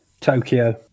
Tokyo